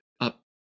up